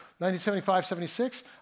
1975-76